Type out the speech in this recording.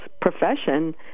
profession